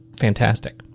fantastic